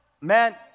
Man